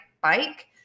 bike